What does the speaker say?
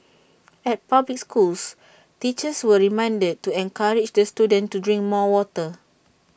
at public schools teachers were reminded to encourage the students to drink more water